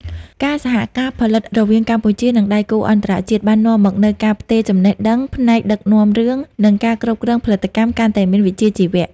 ការសហការផលិតរវាងកម្ពុជា និងដៃគូអន្តរជាតិបាននាំមកនូវការផ្ទេរចំណេះដឹងផ្នែកដឹកនាំរឿង និងការគ្រប់គ្រងផលិតកម្មកាន់តែមានវិជ្ជាជីវៈ។